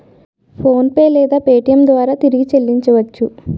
PhonePe లేదా Paytm ద్వారా తిరిగి చల్లించవచ్చ?